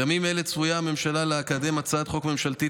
בימים אלה צפויה הממשלה לקדם הצעת חוק ממשלתית